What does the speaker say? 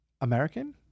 American